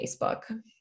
Facebook